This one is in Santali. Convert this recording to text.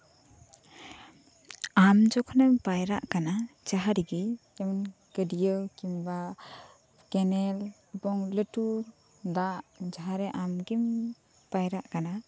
ᱟᱢ ᱡᱚᱠᱷᱚᱱᱮᱢ ᱯᱟᱭᱨᱟᱜ ᱠᱟᱱᱟ ᱡᱟᱸᱦᱟ ᱨᱮᱜᱮ ᱜᱟᱹᱰᱭᱟᱹ ᱠᱤᱢᱵᱟ ᱠᱮᱱᱮᱞ ᱵᱟ ᱞᱟᱹᱴᱩ ᱫᱟᱜ ᱡᱟᱸᱦᱟᱨᱮ ᱟᱢᱜᱮᱢ ᱯᱟᱭᱨᱟᱜ ᱠᱟᱱᱟ